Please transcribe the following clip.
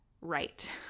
right